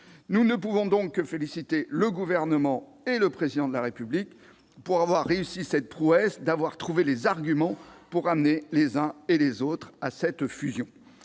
Nous ne pouvons donc que féliciter le Gouvernement et le Président de la République d'avoir réussi cette prouesse : avoir trouvé les arguments pour amener les uns et les autres à cette fusion.